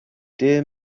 dear